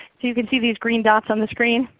you can see these green dots on the screen.